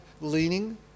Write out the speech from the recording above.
leaning